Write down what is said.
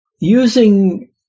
using